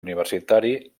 universitari